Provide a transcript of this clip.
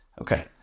Okay